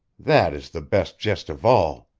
that is the best jest of all!